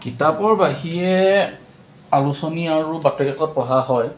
কিতাপৰ বাহিৰে আলোচনী আৰু বাতৰিকাকত পঢ়া হয়